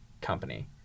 company